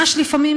לפעמים